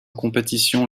compétition